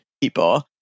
people